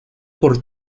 por